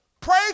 Pray